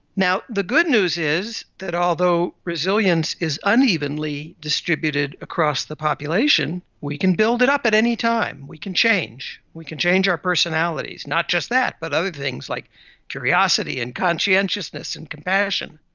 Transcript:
now, the good news is that although resilience is unevenly distributed across the population, we can build it up at any time, we can change. we can change our personalities, not just that, but other things like curiosity and conscientiousness, and compassion.